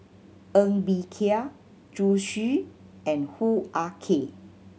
Ng Bee Kia Zhu Xu and Hoo Ah Kay